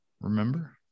Remember